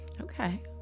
Okay